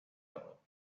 todo